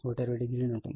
57 120o ఉంటుంది